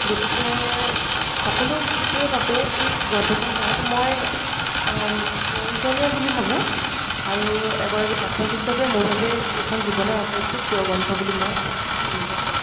গতিকে সকলোবোৰে বাবে এই গ্ৰন্থখন পঢ়াতো মই প্ৰয়োজনীয় বুলি ভাবোঁ আৰু এগৰাকী পাঠক হিচাপে মোৰ বাবে এইখন জীৱনৰ আটাইতকৈ প্ৰিয় গ্ৰন্থ বুলি মই অনুভৱ কৰোঁ